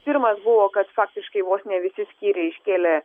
pirmas buvo kad faktiškai vos ne visi skyriai iškėlė